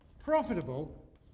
Profitable